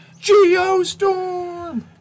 Geostorm